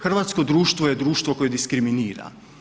Hrvatsko društvo je društvo koje diskriminira.